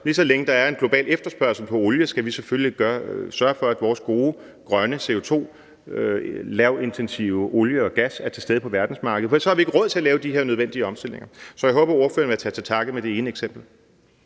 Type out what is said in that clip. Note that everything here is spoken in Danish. lige så længe der er en global efterspørgsel på olie, skal vi selvfølgelig sørge for, at vores gode, grønne CO2-lavintensive olie og gas er til stede på verdensmarkedet, for ellers har vi ikke råd til at lave de her nødvendige omstillinger. Så jeg håber, at ordføreren vil tage til takke med det ene eksempel.